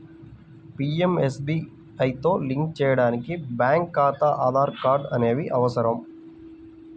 పీయంఎస్బీఐతో లింక్ చేయడానికి బ్యేంకు ఖాతా, ఆధార్ కార్డ్ అనేవి అవసరం